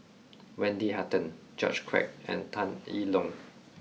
Wendy Hutton George Quek and Tan Yi Tong